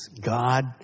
God